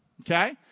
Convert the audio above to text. Okay